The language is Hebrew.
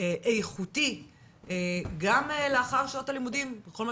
איכותי גם לאחר שעות הלימודים בכל מה